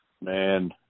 Man